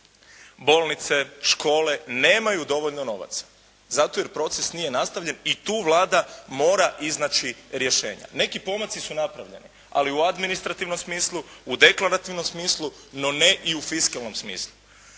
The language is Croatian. bolnice, škole nemaju dovoljno novaca zato jer proces nije nastavljen i tu Vlada mora iznaći rješenja. Neki pomaci su napravljeni, ali u administrativnom smislu, u deklarativnom smislu, no ne i u fiskalnom smislu.